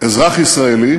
אזרח ישראלי